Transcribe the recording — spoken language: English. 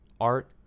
art